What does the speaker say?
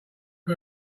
got